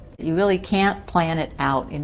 you really can't plan it out. and